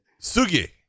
Sugi